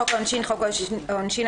"חוק העונשין" חוק העונשין,